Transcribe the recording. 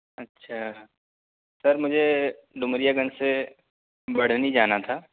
اچھا سر مجھے ڈومریا گنج سے بڑھنی جانا تھا